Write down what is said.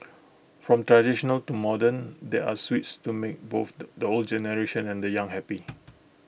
from traditional to modern there are sweets to make both the the old generation and young happy